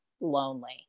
lonely